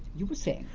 you were saying?